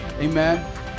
amen